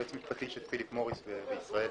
יועץ משפטי של פיליפ מוריס בישראל.